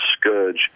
scourge